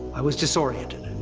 i was disoriented.